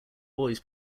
boys